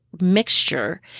mixture